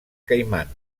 caiman